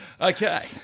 Okay